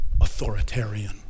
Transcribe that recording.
authoritarian